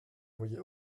voyez